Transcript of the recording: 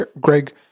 Greg